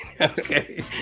Okay